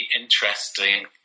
interesting